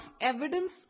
evidence